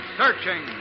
searching